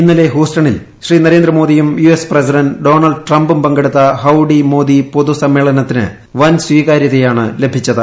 ഇന്നലെ ഹൂസ്റ്റണിൽ ശ്രീ നരേന്ദ്ര മോദിയും യുഎസ് പ്രസിഡന്റ് ഡൊണാൾഡ് ട്രമ്പും പങ്കെടുത്ത ഹൌഡി മോദി പൊതു സമ്മേളനത്തിന് വൻ സ്വീകാര്യതയാണ് ലഭിച്ചത്